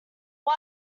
one